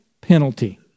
penalty